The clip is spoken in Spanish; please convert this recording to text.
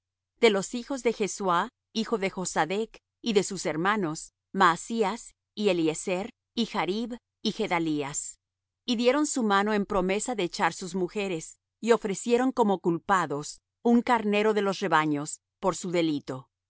de los hijos de jesuá hijo de josadec y de sus hermanos maasías y eliezer y jarib y gedalías y dieron su mano en promesa de echar sus mujeres y ofrecieron como culpados un carnero de los rebaños por su delito y de los